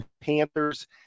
Panthers